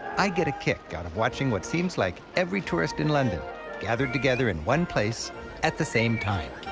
i get a kick out of watching what seems like every tourist in london gathered together in one place at the same time.